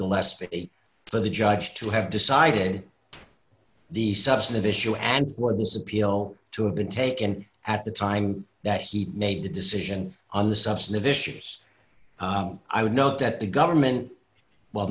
for the judge to have decided the substantive issue and for these appeals to have been taken at the time that he made the decision on the substantive issues i would note that the government well